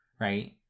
right